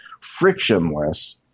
frictionless